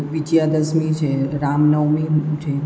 વિજયાદશમી છે રામનવમી છે